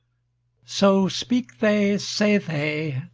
so speak they, say they,